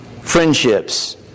friendships